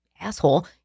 asshole